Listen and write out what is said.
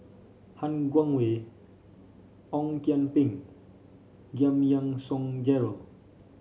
Han Guangwei Ong Kian Peng Giam Yean Song Gerald